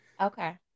Okay